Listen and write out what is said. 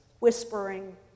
whispering